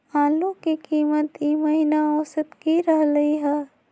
आलू के कीमत ई महिना औसत की रहलई ह?